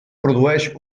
produeix